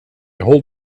hold